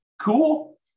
cool